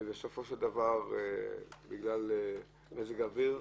ובסופו של דבר יש יותר בגלל מזג האוויר.